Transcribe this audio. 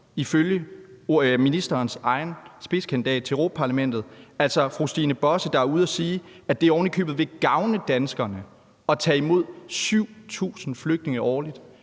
ifølge ministerens egen spidskandidat til Europa-Parlamentet, altså fru Stine Bosse, der er ude at sige, at det ovenikøbet vil gavne danskerne at tage imod 7.000 flygtninge årligt.